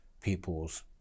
peoples